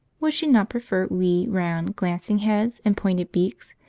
would she not prefer wee, round, glancing heads, and pointed beaks,